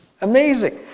Amazing